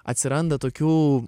atsiranda tokių